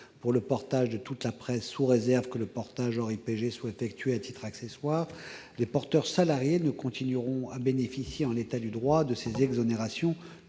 pour le portage de toute la presse, sous réserve que le portage, hors presse IPG, soit effectué à titre accessoire, les porteurs salariés ne continueront à bénéficier de ces exonérations